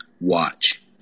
watch